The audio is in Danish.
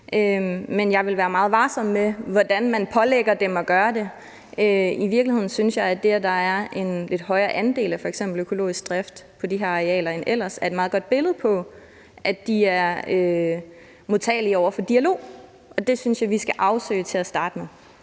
Men jeg vil være meget varsom med, hvordan man pålægger dem at gøre det. I virkeligheden synes jeg, at det, at der er en lidt højere andel af f.eks. økologisk drift på de her arealer end ellers, er et meget godt billede på, at de er modtagelige over for dialog. Det synes jeg at vi skal afsøge til at starte med.